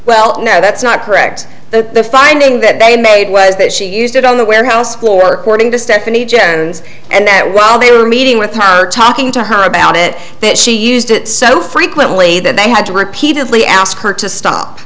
well now that's not correct that the finding that they made was that she used it on the warehouse floor cording to stephanie jack and that while they were meeting with tyra talking to her about it that she used it so frequently that they had to repeatedly ask her to stop